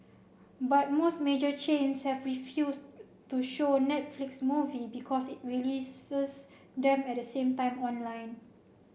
but most major chains have refused to show Netflix movie because it releases them at the same time online